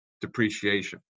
depreciation